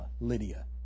Lydia